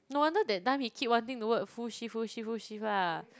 no wonder that time he keep wanting to work full shift full shift full shift lah